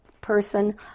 person